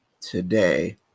today